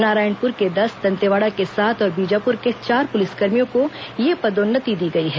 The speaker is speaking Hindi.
नारायणपुर के दस दंतेवाड़ा के सात और बीजापुर के चार पुलिसकर्मियों को यह पदोन्नति दी गई है